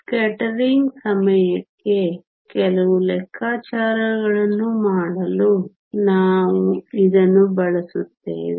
scattering ಸಮಯಕ್ಕೆ ಕೆಲವು ಲೆಕ್ಕಾಚಾರಗಳನ್ನು ಮಾಡಲು ನಾವು ಇದನ್ನು ಬಳಸುತ್ತೇವೆ